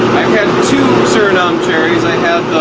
had two suriname cherries i've